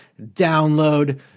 download